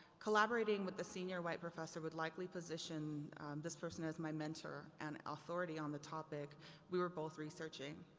collaborating with the senior white professor would likely position this person as my mentor and authority on the topic we were both researching.